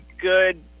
good